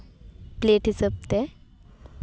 play ᱴ ᱦᱤᱥᱟᱹᱵᱽ ᱛᱮ